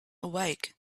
awake